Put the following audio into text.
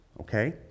okay